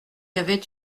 avait